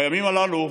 בימים הללו,